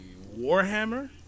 Warhammer